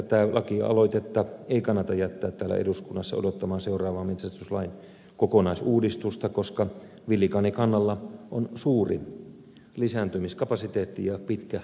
tätä lakialoitetta ei kannata jättää täällä eduskunnassa odottamaan seuraavaa metsästyslain kokonaisuudistusta koska villikanikannalla on suuri lisääntymiskapasiteetti ja pitkä lisääntymisaika